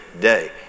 day